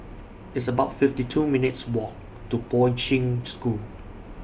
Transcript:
It's about fifty two minutes' Walk to Poi Ching School